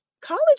college